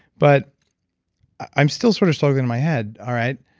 but i'm still sort of struggling in my head, all right,